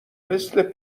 مثل